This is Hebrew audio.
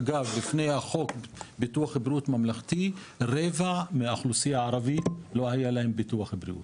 אגב לפני החוק כרבע מהאוכלוסייה הערבית לא היה להם ביטוח בריאות,